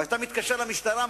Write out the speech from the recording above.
ואתה מתקשר למשטרה,